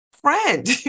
friend